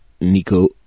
Nico